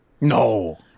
no